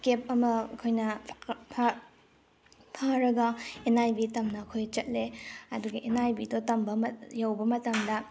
ꯀꯦꯕ ꯑꯃ ꯑꯩꯈꯣꯏꯅ ꯐꯥꯔꯒ ꯑꯦꯟ ꯑꯥꯏ ꯕꯤ ꯇꯝꯅ ꯑꯩꯈꯣꯏ ꯆꯠꯂꯦ ꯑꯗꯨꯒ ꯑꯦꯟ ꯑꯥꯏ ꯕꯤꯗꯣ ꯌꯧꯕ ꯃꯇꯝꯗ